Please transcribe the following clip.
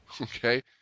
Okay